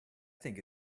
think